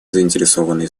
заинтересованные